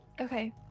Okay